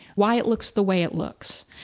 why it looks the way it looks,